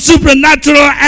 Supernatural